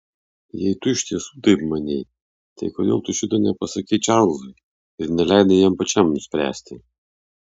jei tu iš tiesų taip manei tai kodėl tu šito nepasakei čarlzui ir neleidai jam pačiam nuspręsti